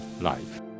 life